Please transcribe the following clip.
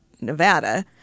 Nevada